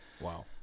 wow